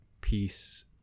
piece